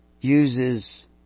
Uses